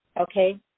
okay